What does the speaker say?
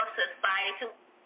society